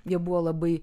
jie buvo labai